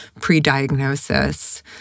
pre-diagnosis